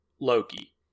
loki